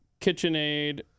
KitchenAid